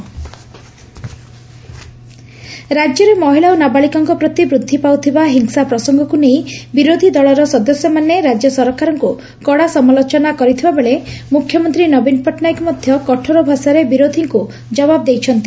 ବିଧାନସଭା ରାଜ୍ୟରେ ମହିଳା ଓ ନାବାଳିକାଙ୍କ ପ୍ରତି ବୃଦ୍ଧି ପାଉଥିବା ହିଂସା ପ୍ରସଙ୍ଗକୁ ନେଇ ବିରୋଧୀ ଦଳର ସଦସ୍ୟମାନେ ରାଜ୍ୟ ସରକାରଙ୍କ କଡ଼ା ସମାଲୋଚନା କରିଥିବାବେଳେ ମୁଖ୍ୟମନ୍ତୀ ନବୀନ ପଟ୍ଟନାୟକ ମଧ୍ଧ କଠୋର ଭାଷାରେ ବିରୋଧୀଙ୍କୁ ଜବାବ ଦେଇଛନ୍ତି